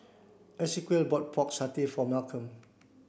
Esequiel bought Pork Satay for Malcom